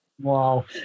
Wow